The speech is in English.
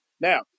Now